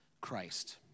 Christ